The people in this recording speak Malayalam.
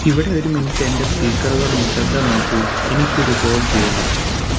ഇവിടെ ഒരു മിനിറ്റ് എന്റെ സ്പീക്കറുകൾ നിശബ്ദമാക്കൂ എനിക്കൊരു കോൾ ചെയ്യണം